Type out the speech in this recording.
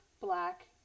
black